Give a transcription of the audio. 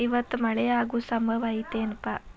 ಇವತ್ತ ಮಳೆ ಆಗು ಸಂಭವ ಐತಿ ಏನಪಾ?